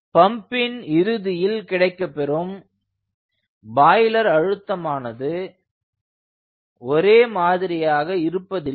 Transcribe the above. பம்பின் இறுதியில் கிடைக்கப்பெறும் பாய்லர் அழுத்தமானது ஒரே மாதிரியாக இருப்பதில்லை